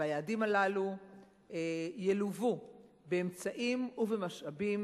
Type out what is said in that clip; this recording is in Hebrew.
ושהיעדים הללו ילוו באמצעים ובמשאבים,